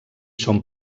són